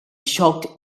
shocked